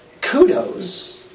kudos